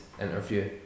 interview